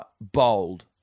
bold